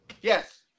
Yes